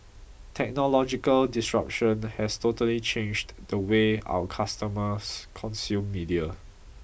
technological disruption has totally changed the way our customers consume media